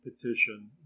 petition